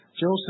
Joseph